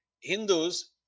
Hindus